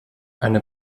eine